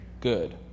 good